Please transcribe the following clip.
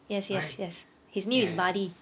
yes yes yes his name is buddy